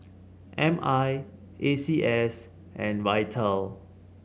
M I A C S and Vital